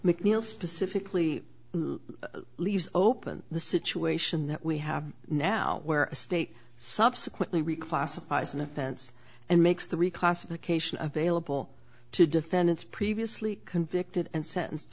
macneil specifically leaves open the situation that we have now where a state subsequently reclassified as an offense and makes the reclassification available to defendants previously convicted and sentenced